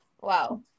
Wow